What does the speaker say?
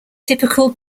typical